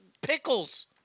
pickles